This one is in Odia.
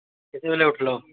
କେତେବେଲେ ଉଠଲ